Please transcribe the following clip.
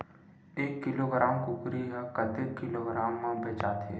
एक किलोग्राम कुकरी ह कतेक किलोग्राम म बेचाथे?